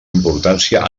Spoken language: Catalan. importància